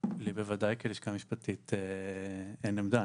לי בוודאי כלשכה המשפטית אין עמדה.